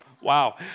Wow